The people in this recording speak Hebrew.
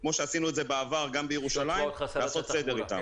כמו שעשינו את זה בעבר גם בירושלים לעשות סדר איתם.